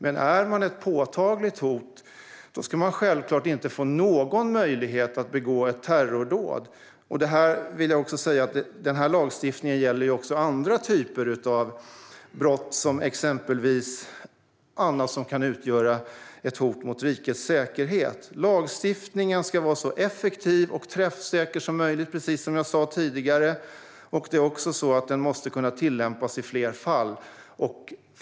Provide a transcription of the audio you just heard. Men är man ett påtagligt hot ska man självklart inte få någon möjlighet att begå ett terrordåd. Den här lagstiftningen gäller också andra typer av brott, exempelvis annat som kan utgöra ett hot mot rikets säkerhet. Lagstiftningen ska vara så effektiv och träffsäker som möjligt, precis som jag sa tidigare. Den måste också kunna tillämpas i fler fall.